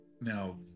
Now